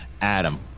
Adam